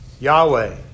Yahweh